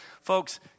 Folks